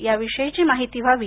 याविषयीची माहिती व्हावी